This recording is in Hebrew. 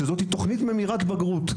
שזו תוכנית ממירת בגרות,